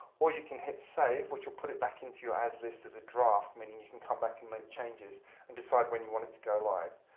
or you can hit save, which will put it back into your ads list as a draft, meaning you can come back and make changes and decide when you want it to go live.